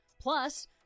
Plus